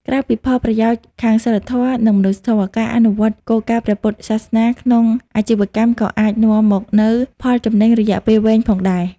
ក្រៅពីផលប្រយោជន៍ខាងសីលធម៌ និងមនុស្សធម៌ ការអនុវត្តគោលការណ៍ព្រះពុទ្ធសាសនាក្នុងអាជីវកម្មក៏អាចនាំមកនូវ ផលចំណេញរយៈពេលវែង ផងដែរ។